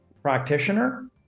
Practitioner